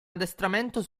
addestramento